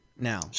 Now